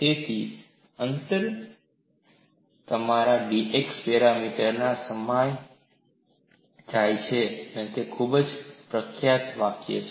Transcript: તેથી અંતર તમારા dx પેરામીટરમાં સમાય જાય છે જે ખૂબ પ્રખ્યાત વાકય છે